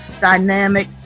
dynamic